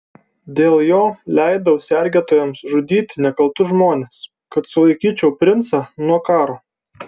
dėl jo leidau sergėtojams žudyti nekaltus žmones kad sulaikyčiau princą nuo karo